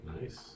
Nice